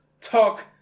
talk